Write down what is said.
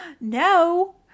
No